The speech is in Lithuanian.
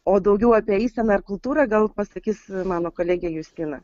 o daugiau apie eiseną ar kultūrą gal pasakys mano kolegė justina